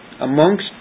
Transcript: amongst